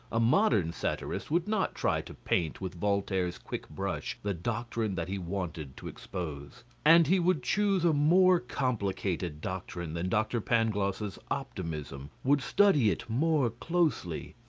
a modern satirist would not try to paint with voltaire's quick brush the doctrine that he wanted to expose. and he would choose a more complicated doctrine than dr. pangloss's optimism, would study it more closely,